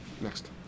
Next